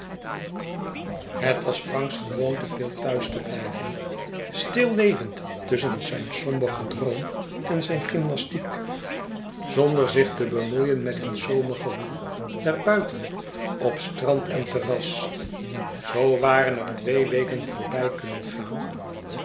het was franks gewoonte veel thuis te blijven stil levend tusschen zijn somber gedroom en zijn gymnastiek zonder zich te bemoeien met het zomergewoel daar buiten op strand en terras zoo waren er twee weken voorbij kunnen gaan